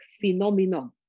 phenomenon